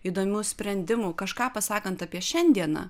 įdomių sprendimų kažką pasakant apie šiandieną